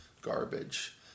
garbage